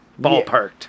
ballparked